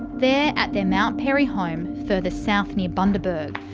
they're at their mount perry home further south near bundaberg,